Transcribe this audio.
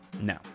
No